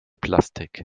plastik